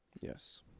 Yes